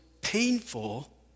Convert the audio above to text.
painful